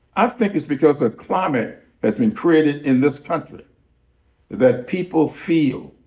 i think it's because a climate has been created in this country that people feel